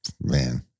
Man